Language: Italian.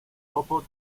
dopo